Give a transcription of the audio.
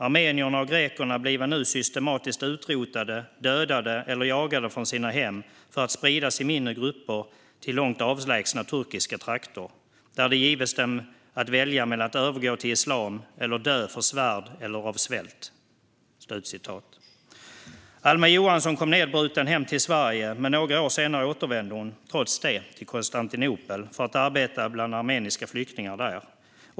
Armenierna och grekerna bliva nu systematiskt utrotade, dödade eller jagade från sina hem för att spridas i mindre grupper till långt avlägsna turkiska trakter, där det gives dem att välja mellan att övergå till islam eller dö för svärd eller av svält." Alma Johansson kom nedbruten hem till Sverige, men trots det återvände hon några år senare till Konstantinopel för att arbeta bland armeniska flyktingar.